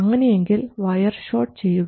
അങ്ങനെയെങ്കിൽ wire short ചെയ്യുക